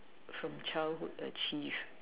from childhood achieved